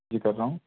जी बोल रहा हूँ